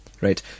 Right